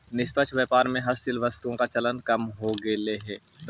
निष्पक्ष व्यापार में हस्तशिल्प वस्तुओं का चलन कम हो गईल है